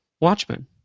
Watchmen